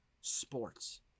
sports